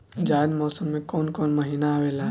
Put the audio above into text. जायद मौसम में कौन कउन कउन महीना आवेला?